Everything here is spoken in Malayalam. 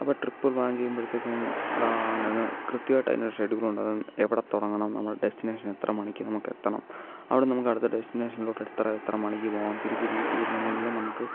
അപ്പം ട്രിപ്പ് പ്ലാൻ ചെയ്യുമ്പോഴത്തേക്കും എന്നായിരുന്ന് കൃത്യമായിട്ട് അതിനൊരു ഷെഡ്യൂൾ ഉണ്ട് അത് എവിടെ തുടങ്ങണം നമ്മുടെ ഡെസ്റ്റിനേഷൻ എത്ര മണിക്ക് നമുക്കെത്തണം അവടെ നിന്ന് നമുക്ക് അടുത്ത ഡെസ്റ്റിനേഷനിലോട്ട് എത്ര എത്ര മണിക്ക് പോകണം തിരിച്ച് വീട്ടിൽ വരുന്നതിനെല്ലാം നമുക്ക്